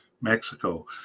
mexico